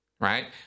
right